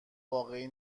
واقعی